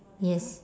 yes